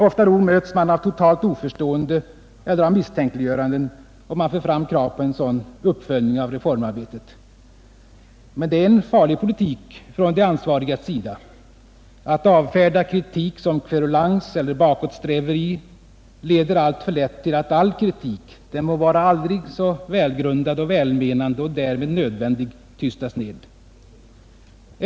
Ofta nog möts man av totalt oförstående eller av misstänkliggöranden, om man för fram krav på en sådan uppföljning av reformarbetet. Men det är en farlig politik från de ansvarigas sida. Att avfärda kritik som kverulans eller bakåtsträveri leder alltför lätt till att all kritik — den må vara aldrig så välgrundad och välmenande och därmed nödvändig — tystas ned.